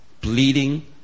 bleeding